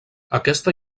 aquesta